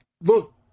look